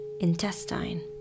intestine